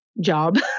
job